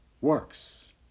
works